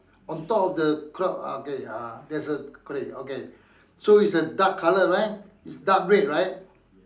on top of the clock okay ah there's a okay okay so is a dark colour right it's dark red right